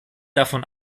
davon